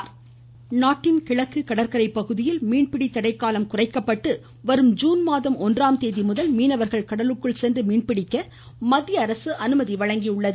ஜெயக்குமார் நாட்டின் கிழக்கு கடற்கரை பகுதியில் மீன் பிடி தடைக்காலம் குறைக்கப்பட்டு வரும் ஜீன் மாதம் ஒன்றாம் தேதி முதல் மீனவர்கள் கடலுக்குள் மீன்பிடிக்க மத்திய அரசு அனுமதி வழங்கியுள்ளது